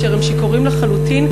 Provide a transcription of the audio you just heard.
כאשר הם שיכורים לחלוטין,